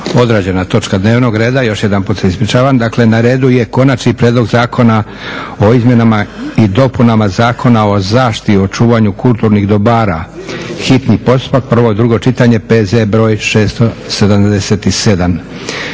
odrađena točka dnevnog reda. Još jedanput se ispričavam. Dakle, na redu je: - Konačni prijedlog Zakona o izmjenama i dopunama Zakona o zaštiti i očuvanju kulturnih dobara, hitni postupak, prvo i drugo čitanje, P.Z.br. 677.